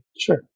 Sure